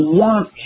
want